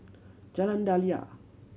Jalan Daliah